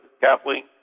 Kathleen